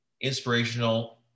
inspirational